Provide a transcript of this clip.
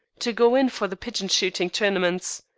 to go in for the pigeon-shooting tournaments.